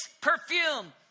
perfume